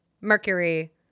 Mercury